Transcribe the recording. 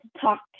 talk